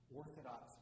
orthodox